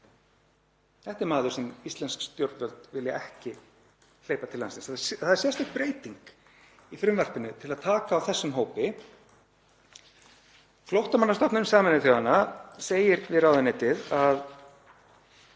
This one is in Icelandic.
Þetta er maður sem íslensk stjórnvöld vilja ekki hleypa til landsins. Það er sérstök breyting í frumvarpinu til að taka á þessum hópi. Flóttamannastofnun Sameinuðu þjóðanna segir við ráðuneytið að